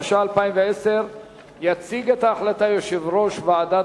התש"ע 2010. יציג את ההחלטה יושב-ראש ועדת